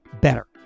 better